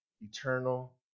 eternal